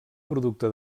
producte